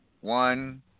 one